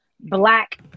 black